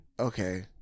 Okay